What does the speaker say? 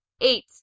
Eight